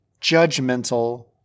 judgmental